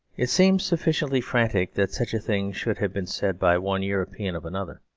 it seems sufficiently frantic that such a thing should have been said by one european of another,